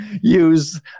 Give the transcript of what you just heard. use